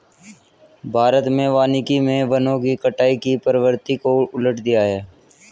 भारत में वानिकी मे वनों की कटाई की प्रवृत्ति को उलट दिया है